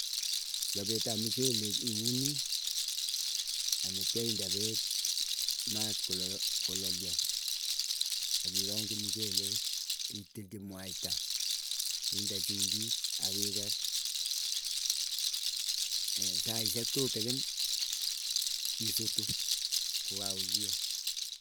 Chapet ap muchelek iuni anyatia inde peek maat kolalyo. Akirongchi muchelek itilchi mwait, inde chumbik akiker. saisyek tutikin isutu kokakoruryo.